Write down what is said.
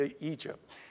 Egypt